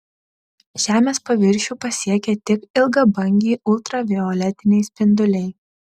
žemės paviršių pasiekia tik ilgabangiai ultravioletiniai spinduliai